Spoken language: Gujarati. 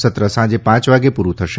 સત્ર સાંજે પાંચ વાગે પુરૂ થશે